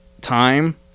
time